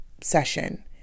session